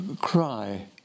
cry